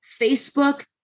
Facebook